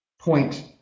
point